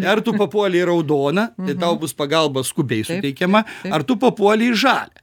ar tu papuolei į raudoną tai tau bus pagalba skubiai suteikiama ar tu papuolei į žalią